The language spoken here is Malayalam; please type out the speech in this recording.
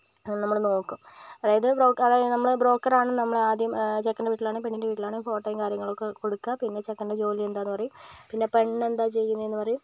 നമ്മള് നോക്കും അതായത് നമ്മള് ബ്രോക്കറ് ആണ് നമ്മളെ ആദ്യം ചെക്കൻ്റെ വീട്ടിൽ ആണേൽ പെണ്ണിൻ്റെ വീട്ടിൽ ആണേൽ ഫോട്ടോയും കാര്യങ്ങളൊക്കെ കൊടുക്കുക പിന്നെ ചെക്കൻ്റെ ജോലി എന്താ എന്ന് പറയും പിന്നെ പെണ്ണ് എന്താ ചെയ്യുന്നത് എന്ന് പറയും